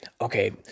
Okay